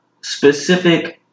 specific